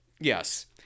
Yes